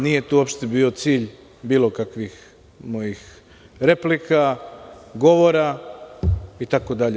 Nije to uopšte bio cilj bilo kakvih mojih replika, govora itd.